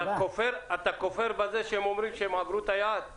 אתה כופר בזה שהם אומרים שהם עברו את היעד?